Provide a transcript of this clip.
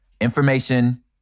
Information